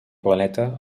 planeta